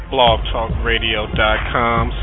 Blogtalkradio.com